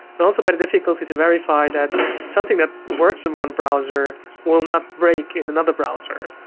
and also by the difficulty to verify that something that works in one browser will not break in another browser.